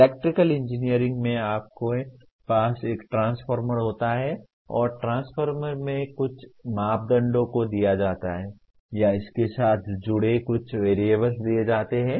electrical engineering में आपके पास एक ट्रांसफार्मर होता है और ट्रांसफार्मर के कुछ मापदंडों को दिया जाता है या इसके साथ जुड़े कुछ वेरिएबल्स दिए जाते हैं